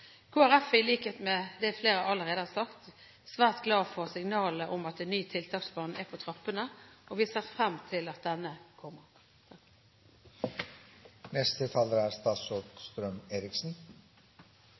er, i likhet med det flere allerede har sagt, svært glad for signalet om at en ny tiltaksplan er på trappene, og vi ser frem til at denne kommer. Det er